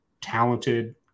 talented